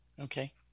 Okay